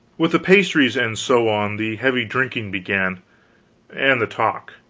with the pastries and so on, the heavy drinking began and the talk.